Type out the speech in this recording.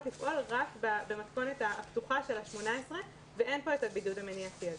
לפעול רק במתכונת הפתוחה של ה-18 ואין פה בידוד מניעתי.